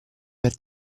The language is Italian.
per